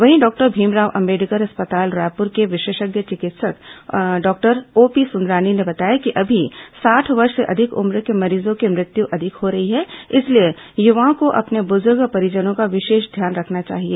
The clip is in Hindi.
वहीं डॉक्टर भीमराव अंबेडकर अस्पताल रायपुर के विशेषज्ञ चिकित्सक डॉक्टर ओपी सुंदरानी ने बताया कि अभी साठ वर्ष से अधिक उम्र के मरीजों की मृत्यु अधिक हो रही है इसलिए युवाओं को अपने बुजुर्ग परिजनों का विशेष ध्यान रखना चाहिए